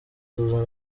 tuzana